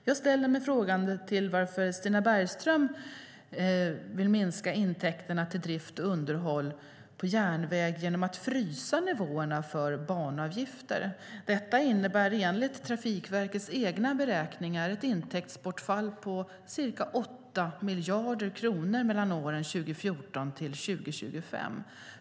Jag ställer mig frågande till att Stina Bergström vill minska intäkterna till drift och underhåll på järnväg genom att frysa nivåerna för banavgifter. Detta innebär enligt Trafikverkets egna beräkningar ett intäktsbortfall på ca 8 miljarder kronor mellan åren 2014 och 2025.